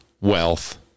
wealth